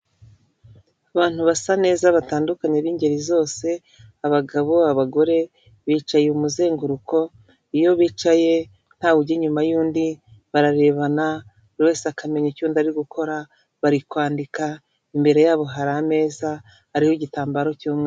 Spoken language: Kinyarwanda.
Abantu basa neza batandukanye b'ingeri zose abagabo abagore bicaye umuzenguruko, iyo bicaye ntawujya inyuma y'undi, bararebana buri wese akamenya icyo undi ari gukora, bari kwandika imbere yabo hari ameza ariho igitambaro cy'umw.e